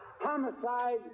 Homicide